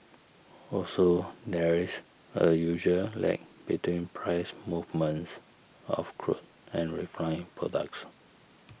also there is a usual lag between price movements of crude and refined products